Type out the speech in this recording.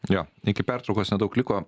jo iki pertraukos nedaug liko